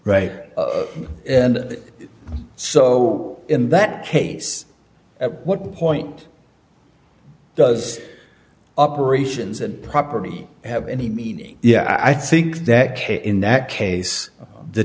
right and so in that case at what point does operations and property have any meaning yeah i think that in that case the